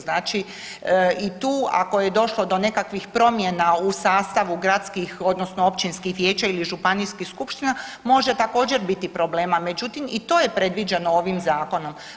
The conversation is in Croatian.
Znači i tu ako je došlo do nekakvih promjena u sastavu gradskih odnosno općinskih vijeća ili županijskih skupština može također biti problema, međutim i to je predviđeno ovim zakonom.